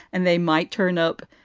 and they might turn up,